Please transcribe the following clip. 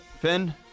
Finn